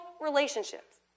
relationships